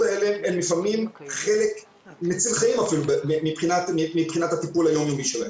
האלה הן לפעמים חלק מציל חיים אפילו מבחינת הטיפול היום יומי שלהם.